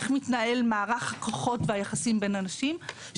איך מתנהל מערך הכוחות והיחסים בין אנשים.